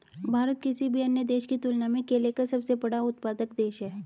भारत किसी भी अन्य देश की तुलना में केले का सबसे बड़ा उत्पादक है